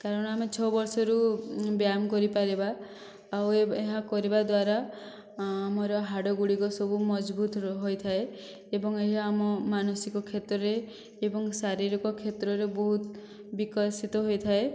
କାରଣ ଆମେ ଛଅ ବର୍ଷରୁ ବ୍ୟାୟାମ କରିପାରିବା ଆଉ ଏହା କରିବା ଦ୍ୱାରା ଆମର ହାଡ଼ ଗୁଡ଼ିକ ସବୁ ମଜବୁତ ହୋଇଥାଏ ଏବଂ ଏହା ଆମ ମାନସିକ କ୍ଷେତ୍ରରେ ଏବଂ ଶାରୀରିକ କ୍ଷେତ୍ରରେ ବହୁତ ବିକଶିତ ହୋଇଥାଏ